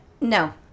No